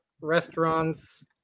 restaurants